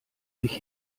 sich